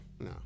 no